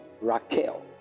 Raquel